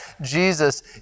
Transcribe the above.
Jesus